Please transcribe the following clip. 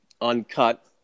uncut